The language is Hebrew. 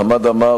חמד עמאר,